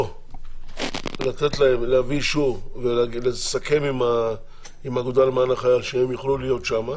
או להביא אישור ולסכם עם האגודה למען החייל שהם יוכלו להיות שם,